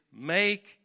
make